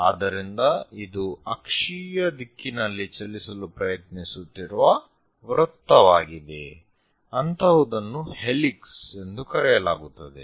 ಆದ್ದರಿಂದ ಇದು ಅಕ್ಷೀಯ ದಿಕ್ಕಿನಲ್ಲಿ ಚಲಿಸಲು ಪ್ರಯತ್ನಿಸುತ್ತಿರುವ ವೃತ್ತವಾಗಿದೆ ಅಂತಹುದನ್ನು ಹೆಲಿಕ್ಸ್ ಎಂದು ಕರೆಯಲಾಗುತ್ತದೆ